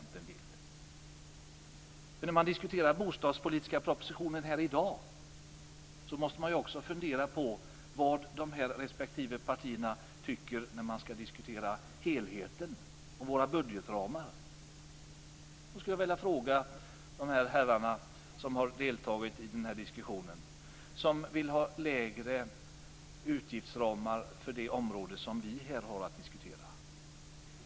När vi här i dag diskuterar den bostadspolitiska propositionen måste vi fundera över vad dessa partier anser om helheten i förhållande till budgetramarna. Jag vill ställa en fråga till dessa herrar som har deltagit i den här diskussionen och som vill ha lägre utgiftsramar för det område som vi här har att behandla i dag.